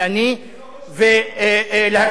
ולהקשיב גם לדברים שלנו.